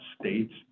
states